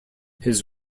his